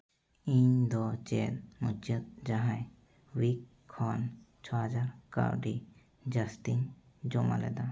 ᱤᱧ ᱫᱚ ᱪᱮᱫ ᱢᱩᱪᱟᱹᱫ ᱡᱟᱦᱟᱸᱭ ᱩᱭᱤᱠ ᱠᱷᱚᱱ ᱪᱷᱚ ᱦᱟᱡᱟᱨ ᱠᱟᱹᱣᱰᱤ ᱡᱟᱹᱥᱛᱤᱧ ᱡᱚᱢᱟ ᱞᱮᱫᱟ